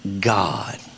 God